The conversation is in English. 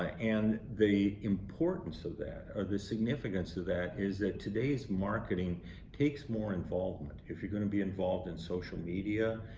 and the importance of that, or the significance of that is, that today's marketing takes more involvement. if you're going to be involved in social media,